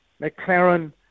McLaren